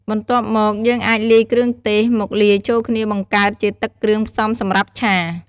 បន្ទាប់មក យើងអាចលាយគ្រឿងទេសមកលាយចូលគ្នាបង្កើតជាទឹកគ្រឿងផ្សំសម្រាប់ឆា។